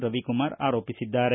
ರವಿಕುಮಾರ್ ಆರೋಪಿಸಿದ್ದಾರೆ